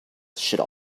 should